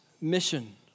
mission